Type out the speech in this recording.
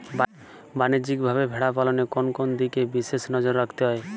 বাণিজ্যিকভাবে ভেড়া পালনে কোন কোন দিকে বিশেষ নজর রাখতে হয়?